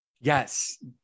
Yes